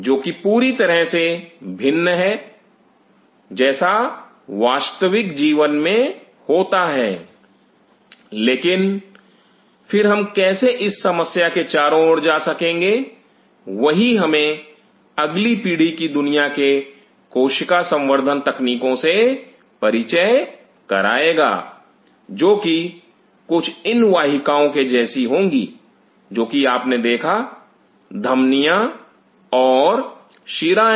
जो कि पूरी तरह से भिन्न है जैसा वास्तविक जीवन में होता है लेकिन फिर हम कैसे इस समस्या के चारों ओर जा सकेंगे वही हमें अगली पीढ़ी की दुनिया के कोशिका संवर्धन तकनीकों से परिचय कराएगा जो कि कुछ इन वाहिकाओं के जैसी होंगी जो कि आपने देखा धमनियां और शिराएं